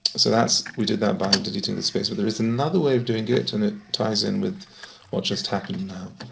so we did that by deleting this space. but there is another way of doing it, and it ties in with what just happened now,